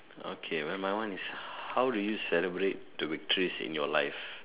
okay my my one is how do you celebrate the victories in your life